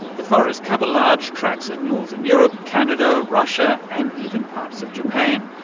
the forests cover large tracts of northern europe, canada, russia and even parts of japan,